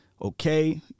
okay